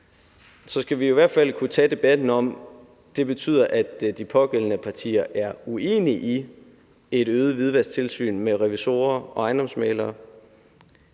at vi i hvert fald skal kunne tage debatten om, om det betyder, at de pågældende partier er uenige i et øget hvidvasktilsyn med revisorer og ejendomsmæglere,